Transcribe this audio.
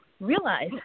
realize